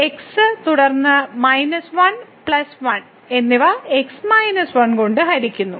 x തുടർന്ന് minus 1 plus 1 എന്നിവ x 1 കൊണ്ട് ഹരിക്കുന്നു